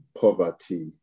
poverty